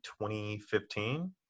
2015